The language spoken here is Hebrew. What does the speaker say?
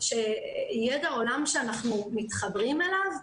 ידע עולם שאנחנו מתחברים אליו?